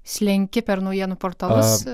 slenki per naujienų portalus